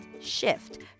shift